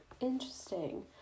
interesting